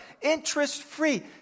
interest-free